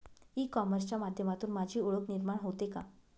E कॉमर्सच्या माध्यमातून माझी ओळख निर्माण होते का?